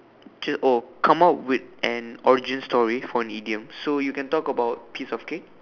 come out with an origin story for an idiom so you can talk about piece of cake